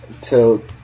till